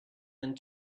and